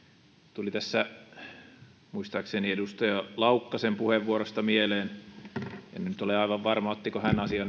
tuli tässä muistaakseni edustaja laukkasen puheenvuorosta mieleen en nyt ole aivan varma ottiko hän asian